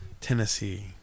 tennessee